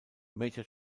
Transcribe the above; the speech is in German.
major